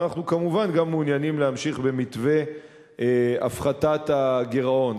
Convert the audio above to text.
ואנחנו כמובן גם מעוניינים להמשיך במתווה הפחתת הגירעון.